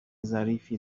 ظریفی